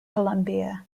columbia